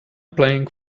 playing